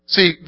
See